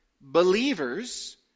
believers